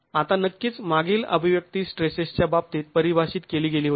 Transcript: आता नक्कीच मागील अभिव्यक्ती स्ट्रेसेसच्या बाबतीत परिभाषित केली गेली होती